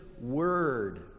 word